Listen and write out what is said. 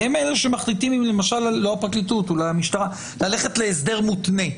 שהם אלו שמחליטים ללכת להסדר מותנה.